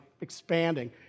expanding